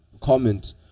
comment